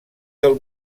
del